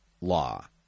law